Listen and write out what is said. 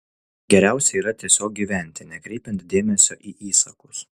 geriausia yra tiesiog gyventi nekreipiant dėmesio į įsakus